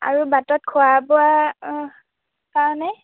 আৰু বাটত খোৱা বোৱা কাৰণে